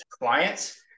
clients